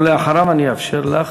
ואחריו אני אאפשר גם